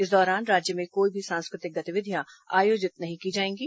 इस दौरान राज्य में कोई भी सांस्कृतिक गतिविधियां आयोजित नहीं की जाएंगी